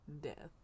death